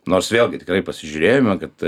nors vėlgi tikrai pasižiūrėjome kad